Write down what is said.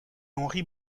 henri